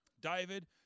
David